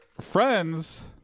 friends